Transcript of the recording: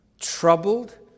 troubled